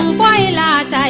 a lot